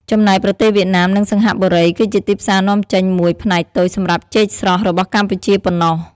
ចំណែកប្រទេសវៀតណាម និងសិង្ហបុរី គឺជាទីផ្សារនាំចេញមួយផ្នែកតូចសម្រាប់ចេកស្រស់របស់កម្ពុជាប៉ុណ្ណោះ។